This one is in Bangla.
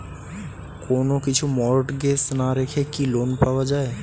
কোন কিছু মর্টগেজ না রেখে কি লোন পাওয়া য়ায়?